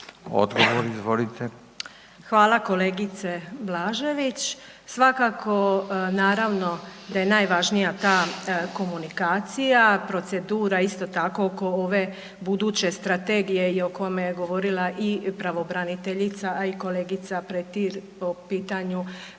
Danica (HDZ)** Hvala kolegice Blažević. Svakako naravno da je najvažnija ta komunikacija, procedura isto tako oko ove buduće strategije i o kome je govorila i pravobraniteljica, a i kolegica Petir o pitanju